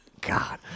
God